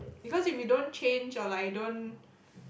because if you don't change or like you don't